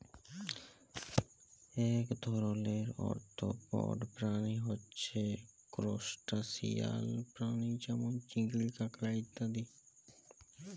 এক ধরণের আর্থ্রপড প্রাণী হচ্যে ত্রুসটাসিয়ান প্রাণী যেমল চিংড়ি, কাঁকড়া ইত্যাদি